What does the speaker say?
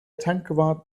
tankwart